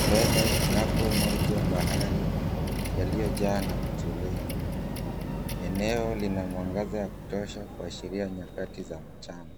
Mbele kunako maji ya bahari yaliyo jaa na kutulia. Eneo lina mwangaza wa kutosha kuashiria nyakazi za mchana.